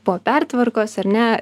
po pertvarkos ar ne